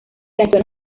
las